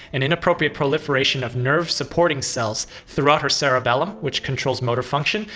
an inappropriate proliferation of nerve supporting cells, throughout her cerebellum which controls motor function,